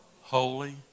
Holy